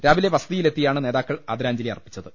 രാവിലെ വസതിയിലെത്തി യാണ് നേതാക്കൾ ആദരാഞ്ജലി അർപ്പിച്ചത്